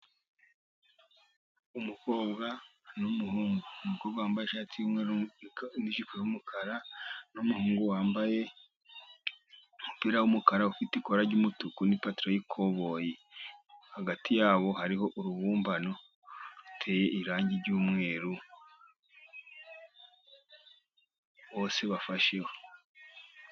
Umukobwa n'umuhungu, umukobwa wambaye ishati y'umweru ijipo y'umukara, n'umuhungu wambaye umupira w'umukara ufite ikora ry'umutuku n'ipantaro y'ikoboyi, hagati yabo hariho urubumbano ruteye irangi ry'umweru, bose bafasheho.